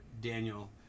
Daniel